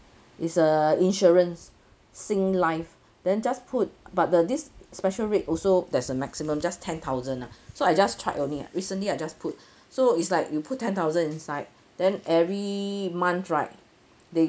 it's a insurance sing life then just put but the this special rate also there's a maximum just ten thousand ah so I just tried only ah recently I just put so it's like you put ten thousand inside then every month right they